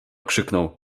krzyknął